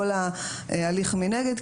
וכל ההליך מנגד,